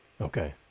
Okay